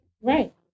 Right